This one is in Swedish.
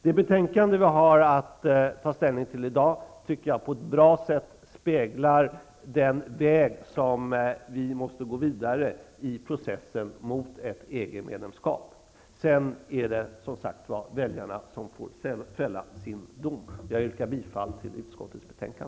Det betänkande vi har att ta ställning till i dag tycker jag på ett bra sätt speglar den väg som vi måste fortsätta i processen mot ett EG medlemskap. Sedan är det som sagt väljarna som får fälla sin dom. Jag yrkar bifall till utskottets hemställan.